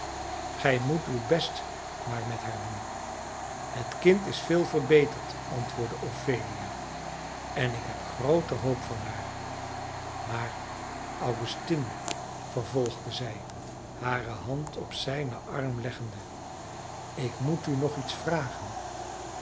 gij moet uw best maar met haar doen het kind is veel verbeterd antwoordde ophelia en ik heb groote hoop van haar maar augustine vervolgde zij hare hand op zijnen arm leggende ik moet u nog iets vragen